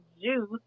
juice